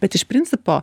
bet iš principo